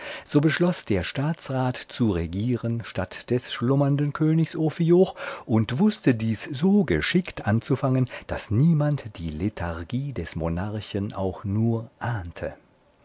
so beschloß der staatsrat zu regieren statt des schlummernden königs ophioch und wußte dies so geschickt anzufangen daß niemand die lethargie des monarchen auch nur ahnte